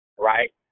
right